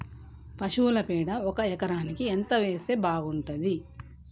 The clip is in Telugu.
పశువుల పేడ ఒక ఎకరానికి ఎంత వేస్తే బాగుంటది?